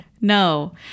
no